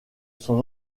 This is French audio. son